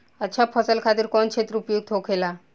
अच्छा फसल खातिर कौन क्षेत्र उपयुक्त होखेला?